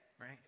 right